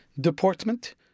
deportment